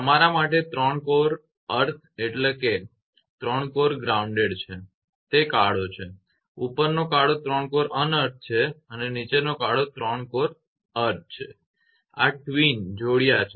તમારા માટે 3 core earthed earth એટલે કે 3 કોર gorunded ગ્રાઉન્ડેડ છે તે કાળો છે ઉપરનો કાળો 3 કોર unearthed છે અને નીચેનો કાળો 3 કોર earthed છે અને આ twin ટ્વિન જોડીયા છે